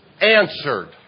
answered